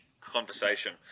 conversation